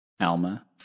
Alma